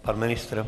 Pan ministr?